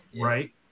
Right